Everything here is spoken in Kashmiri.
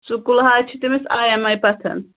سکوٗل حظ چھُ تٔمِس آے ایم آے پسنٛد